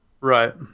Right